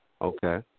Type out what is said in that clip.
Okay